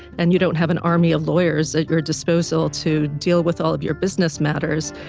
and you don't have an army of lawyers at your disposal to deal with all of your business matters,